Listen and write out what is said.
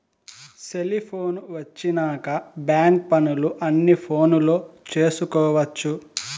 cellphone వచ్చినాక bank పనులు అన్ని ఫోనులో చేసుకొవచ్చు